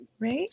Right